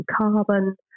Carbon